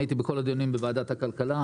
הייתי בכל הדיונים בוועדת הכלכלה,